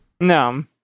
No